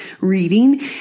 reading